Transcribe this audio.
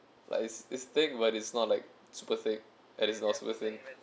like it's it's thick but it's not like super thick and it's not super thin